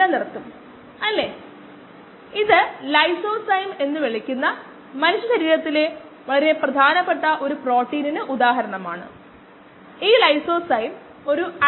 v dSdtvmSKmS ഈ differential സമവാക്യം minus K m plus s ഉപയോഗിച്ച് പരിഹരിച്ചാൽ ds equals v m d t ആണ്